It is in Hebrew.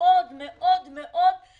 חברי הכנסת קטי